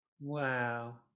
wow